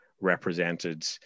Represented